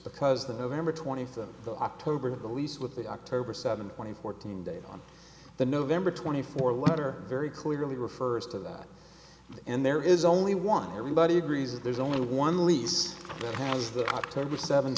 because the november twenty eighth of october police with the october seventh twenty fourteen date on the november twenty four letter very clearly refers to that and there is only one everybody agrees that there's only one lease that has the october seventh